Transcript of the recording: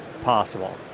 possible